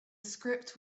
script